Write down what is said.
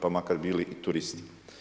Pa makar bili i turisti.